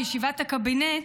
בישיבת הקבינט,